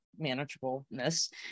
manageableness